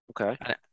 Okay